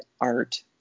art